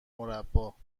مربّا